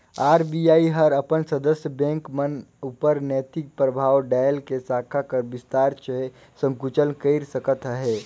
RBI हर अपन सदस्य बेंक मन उपर नैतिक परभाव डाएल के साखा कर बिस्तार चहे संकुचन कइर सकत अहे